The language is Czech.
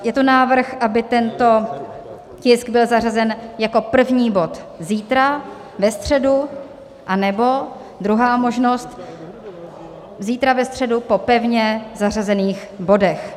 Je to návrh, aby tento tisk byl zařazen jako první bod zítra, ve středu, anebo druhá možnost, zítra ve středu po pevně zařazených bodech.